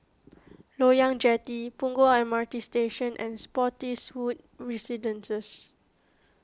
Loyang Jetty Punggol M R T Station and Spottiswoode Residences